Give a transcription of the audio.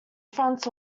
fronts